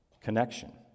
connection